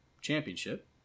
championship